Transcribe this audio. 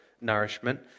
nourishment